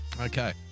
Okay